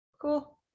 cool